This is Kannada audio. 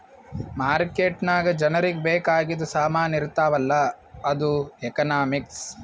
ಮಾರ್ಕೆಟ್ ನಾಗ್ ಜನರಿಗ ಬೇಕ್ ಆಗಿದು ಸಾಮಾನ್ ಇರ್ತಾವ ಅಲ್ಲ ಅದು ಎಕನಾಮಿಕ್ಸ್